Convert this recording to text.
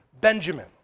Benjamin